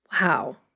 Wow